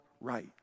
right